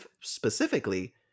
specifically